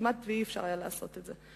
כמעט לא היה אפשר לעשות את זה.